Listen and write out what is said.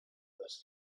this